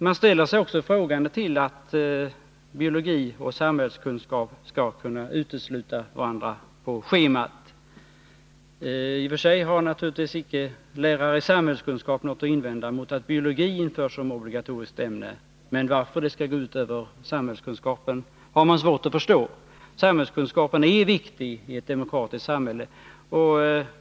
Man ställer sig också frågande inför att biologi och samhällskunskap skall kunna utesluta varandra på schemat. I och för sig har naturligtvis inte lärare i samhällskunskap något att invända mot att biologi införs som obligatoriskt ämne, men varför det skall gå ut över samhällskunskapen har de svårt att förstå. Samhällskunskap är viktigt i ett demokratiskt samhälle.